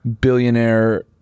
billionaire